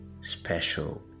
special